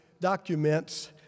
documents